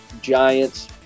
Giants